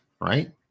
right